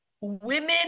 Women